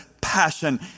passion